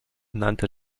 nannte